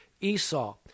Esau